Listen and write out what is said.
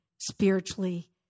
spiritually